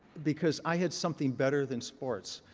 because i had something better than sports.